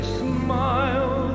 smile